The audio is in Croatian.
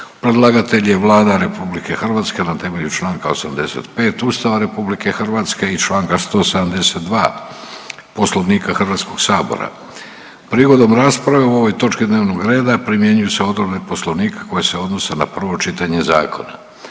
Predlagatelj je Vlada RH na temelju čl. 85. Ustava RH i čl. 172. Poslovnika HS-a. Prigodom rasprave o ovoj točki dnevnog reda primjenjuju se odredbe poslovnika koje se odnose na prvo čitanje zakona.